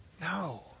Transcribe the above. No